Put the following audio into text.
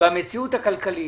במציאות הכלכלית,